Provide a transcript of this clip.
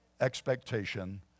expectation